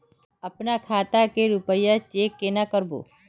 अपना खाता के रुपया चेक केना करबे?